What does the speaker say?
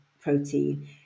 protein